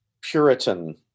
Puritan